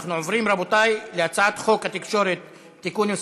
ההצעה להעביר את הצעת חוק משק החשמל (תיקון מס'